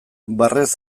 barrez